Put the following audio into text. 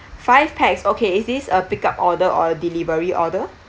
five pax okay is this a pick up order or a delivery order